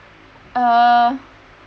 uh